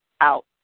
out